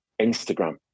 instagram